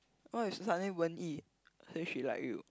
what if suddenly Wen-Yi say she like you